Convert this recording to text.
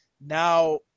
Now